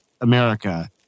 America